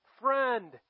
friend